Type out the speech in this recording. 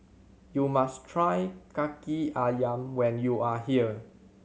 you must try Kaki Ayam when you are here